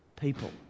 people